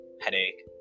headache